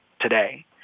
today